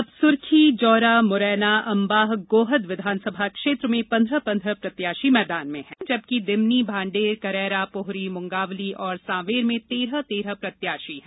अब सुरखी जौरा मुरैना अम्बाह गोहद विधानसभा क्षेत्र में पन्द्रह पन्द्रह प्रत्याशी मैदान में हैं जबकि दिमनी भाण्डेर करैरा पोहरी मुंगावली और सांवेर में तेरह तेरह प्रत्याशी हैं